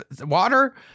water